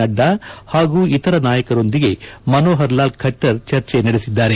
ನಡ್ಡಾ ಹಾಗೂ ಇತರ ನಾಯಕರೊಂದಿಗೆ ಮನೋಹರ್ ಲಾಲ್ ಖಟ್ಟರ್ ಚರ್ಚೆ ನಡೆಸಿದ್ದಾರೆ